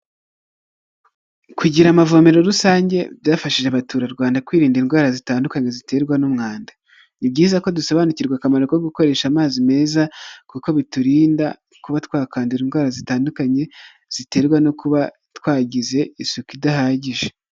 Kugira amavomero rusange, byafashije abaturarwanda kwirinda indwara zitandukanye ziterwa n'umwanda. Ni byiza ko dusobanukirwa akamaro ko gukoresha amazi meza, kuko biturinda kuba twakandura indwara zitandukanye, ziterwa no kuba twagize isuku idahagije.